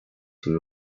свое